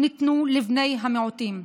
ניתנו לבני המיעוטים,